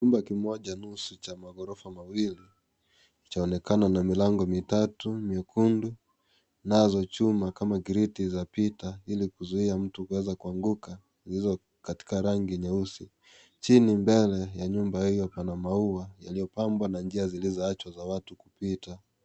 Chumba kimoja nusu Cha maghorofa mawili, chaonekana na milango mitatu miekundu, nazo chuma kama giriti za pita Ili kuzuia mtu kuweza kuanguka, lililo katika rangi nyeusi, chini, mbele ya nyumba hiyo pana maua yaliyopambwa na njia zilizoachwa za watu kupita.